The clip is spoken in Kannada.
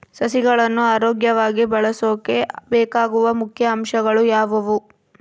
ಸಸಿಗಳನ್ನು ಆರೋಗ್ಯವಾಗಿ ಬೆಳಸೊಕೆ ಬೇಕಾಗುವ ಮುಖ್ಯ ಅಂಶಗಳು ಯಾವವು?